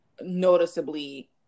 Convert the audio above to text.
noticeably